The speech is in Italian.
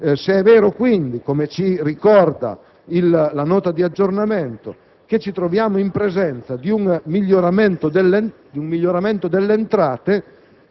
Se è vero, quindi, come ci ricorda la Nota di aggiornamento, che ci troviamo in presenza di un miglioramento delle entrate,